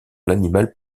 l’animal